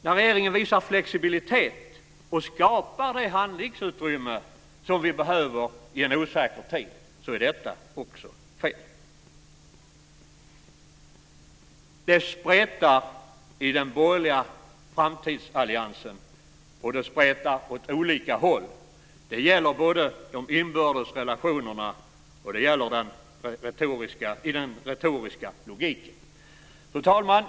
När regeringen visar flexibilitet och skapar det handlingsutrymme som vi behöver i en osäker tid är detta också fel. Det spretar i den borgerliga framtidsalliansen, och det spretar åt olika håll. Det gäller både de inbördes relationerna och den retoriska logiken. Fru talman!